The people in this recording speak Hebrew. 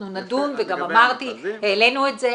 אנחנו נדון, העלינו את זה.